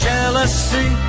Jealousy